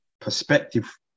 perspective